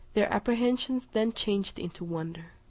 their apprehensions then changed into wonder.